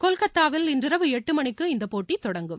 கொல்கத்தாவில் இன்றிரவு எட்டுமணிக்கு இந்தப் போட்டி தொடங்கும்